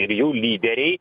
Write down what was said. ir jų lyderiai